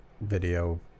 video